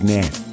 Net